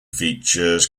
features